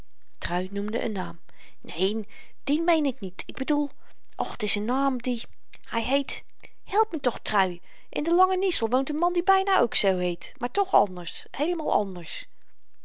trui noemde een naam neen dien meen ik niet ik bedoel och t is n naam die hy heet help me toch trui in de lange niesel woont n man die byna ook zoo heet maar toch anders heelemaal anders